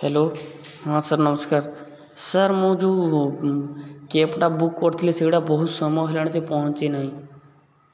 hello ହଁ sir ନମସ୍କାର sir ମୁଁ ଯେଉଁ କ୍ୟାବ୍ଟା ବୁକ୍ କରିଥିଲି ସେଗୁଡ଼ା ବହୁତ ସମୟ ହେଲାଣି ସେ ପହଞ୍ଚି ନାହିଁ